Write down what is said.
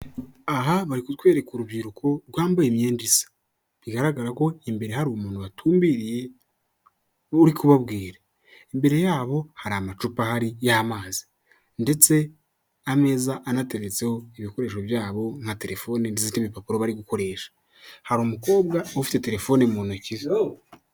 Aha, bari kutwereka urubyiruko rwambaye imyenda isa. Bigaragara ko imbere hari umuntu watumbiriye uri kubabwira. Imbere yabo hari amacupa ahari y'amazi. Ndetse ameza anateretseho ibikoresho byabo, nka terefone ndetse n' ibipapuro bari gukoresha. Hari umukobwa ufite terefone mu ntoki ze.